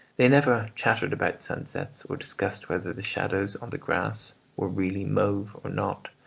they never chattered about sunsets, or discussed whether the shadows on the grass were really mauve or not.